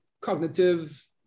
cognitive